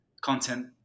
content